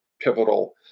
pivotal